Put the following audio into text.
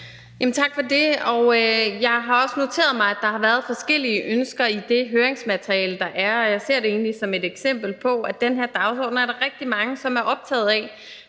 Tak for det. Jeg har også noteret mig, at der har været forskellige ønsker i det høringsmateriale, der er, og jeg ser det egentlig som et eksempel på, at den her dagsorden er der rigtig mange, som er optaget af,